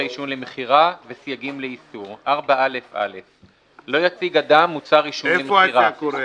עישון למכירה וסייגים לאיסור 4א. (א)לא יציג אדם מוצר עישון למכירה."